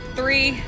three